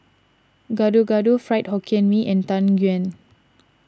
Gado Gado Fried Hokkien Mee and Tang Yuen